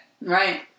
Right